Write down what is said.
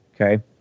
Okay